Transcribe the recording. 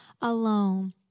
alone